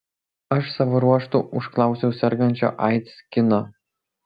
aš savo ruožtu užklausiau sergančio aids kino